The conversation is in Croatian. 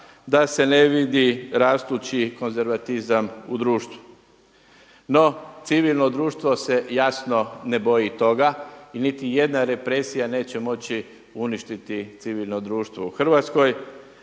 da se ne vidi rastući konzervatizam u društvu. No, civilno društvo se jasno ne boji toga i niti jedna represija neće moći uništiti civilno društvo u Hrvatskoj,